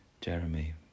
Jeremy